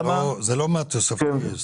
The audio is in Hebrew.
זה לא מהתוספתי.